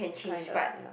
kinda ya